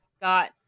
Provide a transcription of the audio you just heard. got